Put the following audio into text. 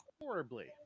horribly